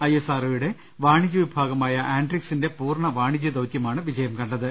I S R ഒയുടെ വാണിജ്യ വിഭാഗമായ ആൻഡ്രിക്സിന്റെ പൂർണ്ണ വാണിജ്യ ദൌത്യമാണ് വിജയം കണ്ടത്